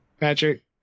Patrick